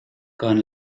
con